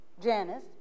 Janice